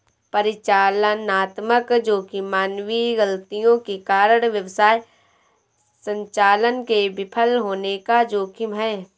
परिचालनात्मक जोखिम मानवीय गलतियों के कारण व्यवसाय संचालन के विफल होने का जोखिम है